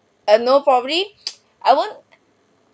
and no probably I won't